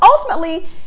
ultimately